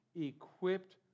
equipped